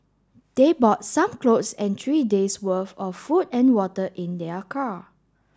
they bought some clothes and three days' worth of food and water in their car